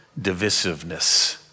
divisiveness